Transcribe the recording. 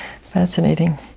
Fascinating